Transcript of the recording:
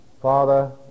Father